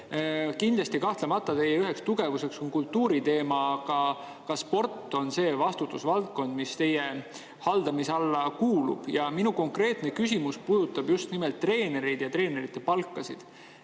Kindlasti, kahtlemata teie üheks tugevuseks on kultuuriteema. Aga ka sport on see vastutusvaldkond, mis teie haldamise alla kuulub. Minu konkreetne küsimus puudutab just nimelt treenereid ja treenerite palka. Nimelt,